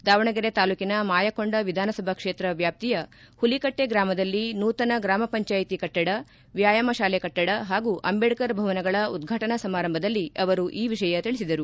ದಾವಣಗೆರೆ ತಾಲೂಕಿನ ಮಾಯಕೊಂಡ ವಿಧಾನಸಭಾ ಕ್ಷೇತ್ರ ವ್ಯಾಪ್ತಿಯ ಪುಲಿಕಟ್ಟೆ ಗ್ರಾಮದಲ್ಲಿ ನೂತನ ಗ್ರಾಮ ಪಂಚಾಯತಿ ಕಟ್ಟಡ ವ್ಯಾಯಾಮಶಾಲೆ ಕಟ್ಸಡ ಹಾಗೂ ಅಂಬೇಡ್ತರ್ ಭವನಗಳ ಉದ್ವಾಟನಾ ಸಮಾರಂಭದಲ್ಲಿ ಅವರು ಈ ವಿಷಯ ತಿಳಿಸಿದರು